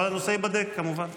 אבל הנושא ייבדק, כמובן.